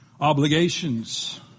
obligations